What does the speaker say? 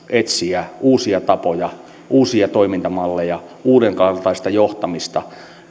etsiä uusia tapoja uusia toimintamalleja uudenkaltaista johtamista